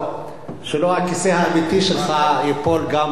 ייפול גם הכיסא האמיתי שלך באותה צורה.